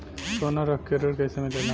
सोना रख के ऋण कैसे मिलेला?